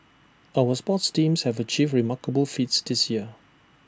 our sports teams have achieved remarkable feats this year